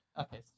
Okay